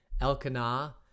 Elkanah